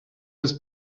his